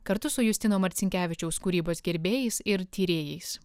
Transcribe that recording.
kartu su justino marcinkevičiaus kūrybos gerbėjais ir tyrėjais